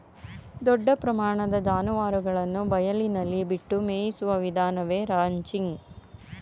ದೊಡ್ಡ ಪ್ರಮಾಣದ ಜಾನುವಾರುಗಳನ್ನು ಬಯಲಿನಲ್ಲಿ ಬಿಟ್ಟು ಮೇಯಿಸುವ ವಿಧಾನವೇ ರಾಂಚಿಂಗ್